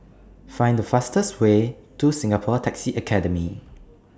Find The fastest Way to Singapore Taxi Academy